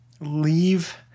leave